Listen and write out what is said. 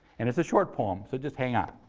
and it's a short poem, so just hang on.